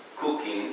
cooking